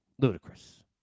ludicrous